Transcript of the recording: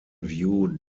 view